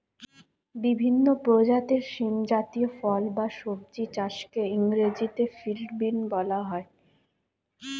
বিভিন্ন প্রজাতির শিম জাতীয় ফল বা সবজি চাষকে ইংরেজিতে ফিল্ড বিন বলা হয়